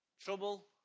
Trouble